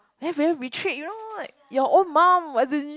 then very betrayed you know like your own mum as in